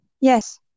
Yes